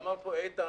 ואמר פה איתן: